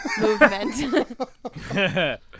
movement